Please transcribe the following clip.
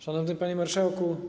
Szanowny Panie Marszałku!